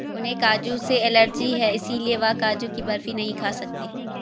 उन्हें काजू से एलर्जी है इसलिए वह काजू की बर्फी नहीं खा सकते